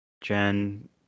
Jen